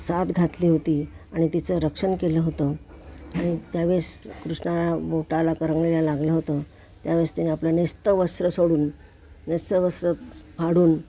साद घातली होती आणि तिचं रक्षण केलं होतं आणि त्यावेळेस कृष्णाच्या बाेटाला करंगळीला लागलं होतं त्यावेळेस तिने आपलं नेसतं वस्त्र सोडून नेसतं वस्त्र फाडून